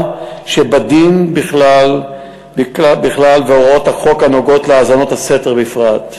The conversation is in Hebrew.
שבדין בכלל והוראות החוק הנוגעות בהאזנות סתר בפרט.